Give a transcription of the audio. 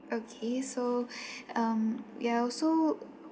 okay so um ya also